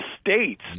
states